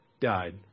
died